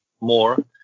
more